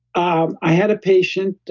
um i had a patient,